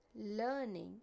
learning